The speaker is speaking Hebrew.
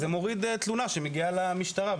זה מוריד תלונה שמגיעה למשטרה,